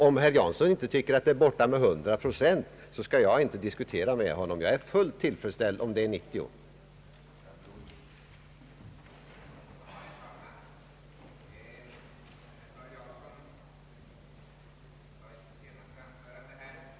Om herr Jansson inte tycker att det är borta med 100 procent, så är jag fullt tillfredsställd om det är borta till 90 procent.